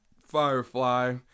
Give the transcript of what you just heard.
Firefly